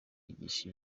yigisha